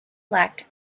lacked